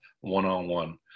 one-on-one